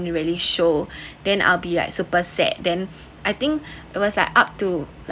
really showed then I'll be like super sad then I think it was like up to